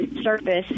surface